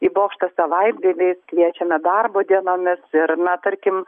į bokštą savaitgaliais kviečiame darbo dienomis ir na tarkim